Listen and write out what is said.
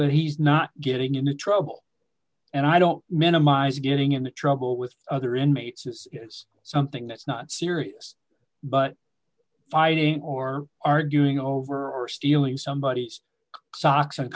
that he's not getting into trouble and i don't minimize getting into trouble with other inmates it's something that's not serious but fighting or arguing over or stealing somebodies socks